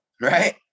right